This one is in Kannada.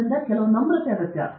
ಆದ್ದರಿಂದ ಕೆಲವು ನಮ್ರತೆ ಅಗತ್ಯ